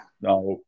Now